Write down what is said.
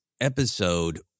episode